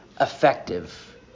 effective